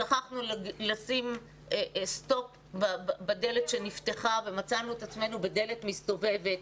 שכחנו לשים סטופ בדלת שנפתחה ומצאנו את עצמנו בדלת מסתובבת.